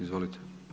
Izvolite.